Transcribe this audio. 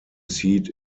seat